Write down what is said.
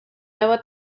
nuevo